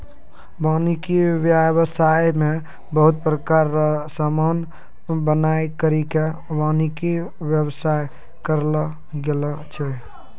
वानिकी व्याबसाय मे बहुत प्रकार रो समान बनाय करि के वानिकी व्याबसाय करलो गेलो छै